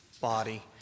body